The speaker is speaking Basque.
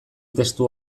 testu